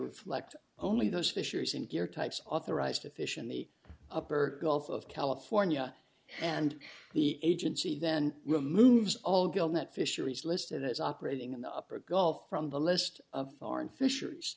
flecked only those fishers in gear types authorized to fish in the upper gulf of california and the agency then removes all gold that fisheries listed as operating in the upper gulf from the list of foreign fisher